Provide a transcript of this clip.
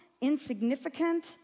insignificant